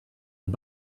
and